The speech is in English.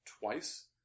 twice